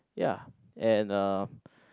ya and uh